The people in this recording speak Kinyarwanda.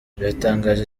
biratangaje